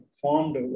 formed